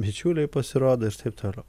bičiuliai pasirodo ir taip toliau